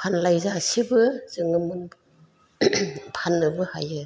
फानलायजासेबो जोङो फाननोबो हायो